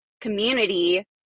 community